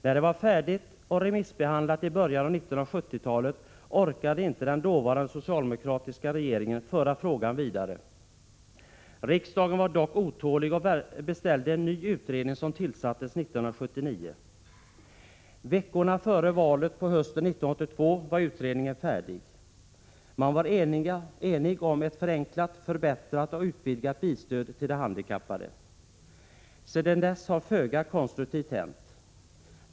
När den var färdig och remissbehandlad i början av 1970-talet orkade inte den dåvarande socialdemokratiska regeringen föra frågan vidare. Riksdagen var dock otålig och beställde en ny utredning, som tillsattes 1979. Veckorna före valet på hösten 1982 var utredningen färdig — man var enig om ett förenklat, förbättrat och utvidgat bilstöd till de handikappade. Sedan dess har föga konstruktivt hänt.